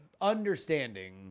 understanding